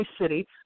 City